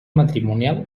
matrimonial